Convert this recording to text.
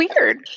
weird